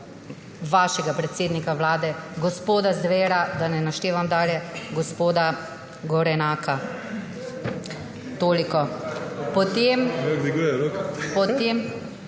svojega predsednika Vlade, gospoda Zvera, da ne naštevam dalje gospoda Gorenaka. Toliko. Da nadaljujem.